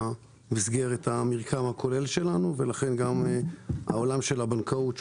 במסגרת המרקם הכולל שלנו ולכן גם בעולם הבנקאות,